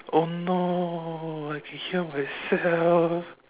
oh no I can hear myself